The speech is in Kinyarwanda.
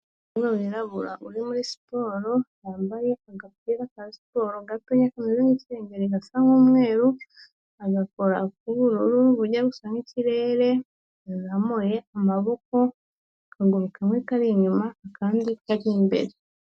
Umukobwa wirabura uri muri siporo yambaye agapira ka siporo gatonya kameze nk'isengeri gasa nk'umweruru, agakora k'ubururu bujya gusa n'ikirere wazamuye amaboko akaguru kamwe kari inyuma kandi kari imbere.